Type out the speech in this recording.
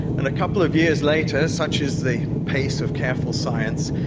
and a couple of years later, such is the pace of careful science,